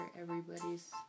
everybody's